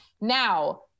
Now